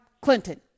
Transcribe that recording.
Clinton